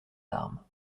armes